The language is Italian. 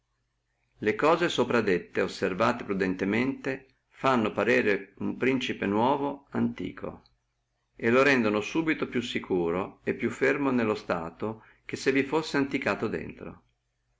le cose soprascritte osservate prudentemente fanno parere uno principe nuovo antico e lo rendono subito più sicuro e più fermo nello stato che se vi fussi antiquato dentro